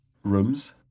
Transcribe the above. Rooms